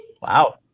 Wow